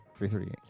338